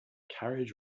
carriage